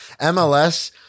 MLS